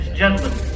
gentlemen